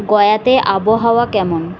গয়াতে আবহাওয়া কেমন